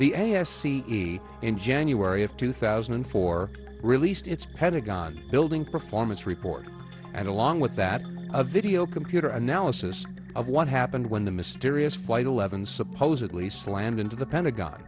e in january of two thousand and four released its pentagon building performance report and along with that a video computer analysis of what happened when the mysterious flight eleven supposedly slammed into the pentagon